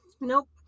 Nope